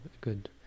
good